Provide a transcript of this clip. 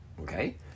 Okay